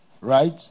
right